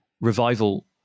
revival